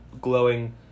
glowing